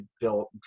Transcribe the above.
built